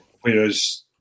Whereas